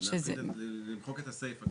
למחוק את הסעיף.